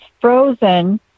frozen